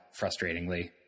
frustratingly